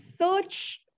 search